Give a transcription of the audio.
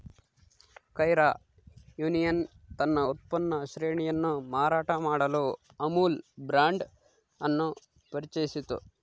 Kaira union ತನ್ನ ಉತ್ಪನ್ನ ಶ್ರೇಣಿಯನ್ನು ಮಾರಾಟ ಮಾಡಲು ಅಮುಲ್ ಬ್ರಾಂಡ್ ಅನ್ನು ಪರಿಚಯಿಸಿತು